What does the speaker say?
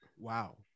Wow